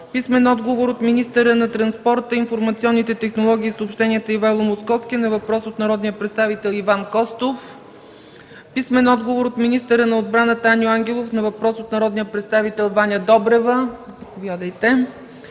Нинова; - министъра на транспорта, информационните технологии и съобщенията Ивайло Московски на въпрос от народния представител Иван Костов; - министъра на отбраната Аню Ангелов на въпрос от народния представител Ваня Добрева; -